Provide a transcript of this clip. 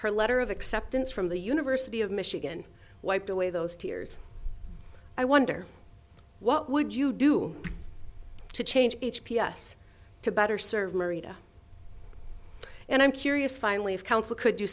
her letter of acceptance from the university of michigan wiped away those tears i wonder what would you do to change h p s to better serve merida and i'm curious finally of council could do